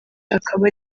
akaba